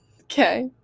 Okay